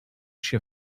się